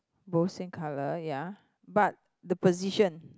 both same colour ya but the position